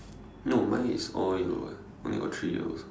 no mine is all yellow eh only got three yellow